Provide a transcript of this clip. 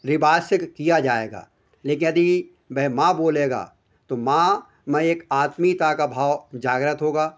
रिवाज से किया जाएगा लेकिन यदि वे माँ बोलेगा तो माँ में एक आत्मीयता का भाव जागृत होगा